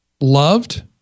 loved